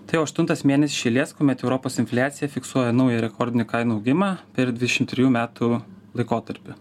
tai jau aštuntas mėnes iš eilės kuomet europos infliacija fiksuoja naują rekordinį kainų augimą per dvišim trijų metų laikotarpį